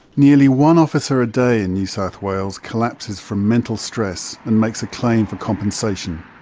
nearly one officer a day in new south wales collapses from mental stress and makes a claim for compensation.